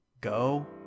go